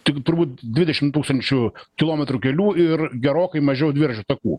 tik turbūt dvidešim tūkstančių kilometrų kelių ir gerokai mažiau dviračių takų